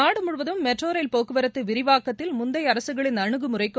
நாடு முழுவதும் metro rail போக்குவரத்து விரிவாக்கத்தில் முந்தைய அரசுகளின் அனுகுமுறைக்கும்